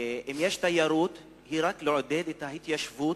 אם יש תיירות היא רק לעודד את ההתיישבות,